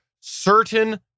certain